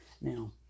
Now